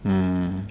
mm